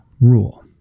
rule